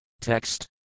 Text